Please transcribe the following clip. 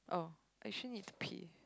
oh I actually need to pee